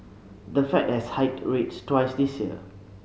the Fed has hiked rates twice this year